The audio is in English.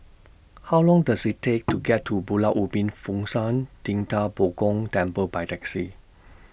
How Long Does IT Take to get to Pulau Ubin Fo Shan Ting DA Bo Gong Temple By Taxi